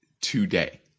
today